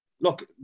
look